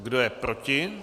Kdo je proti?